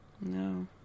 No